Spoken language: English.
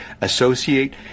associate